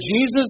Jesus